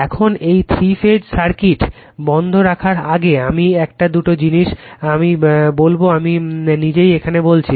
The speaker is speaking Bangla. এখন এই থ্রি ফেজ সার্কিটটি বন্ধ করার আগে আমি একটা দুটো জিনিস আমি বলবো আমি নিজেই এখানে বলছি